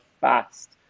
fast